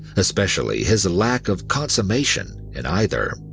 especially his lack of consummation in either.